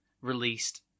Released